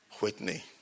Whitney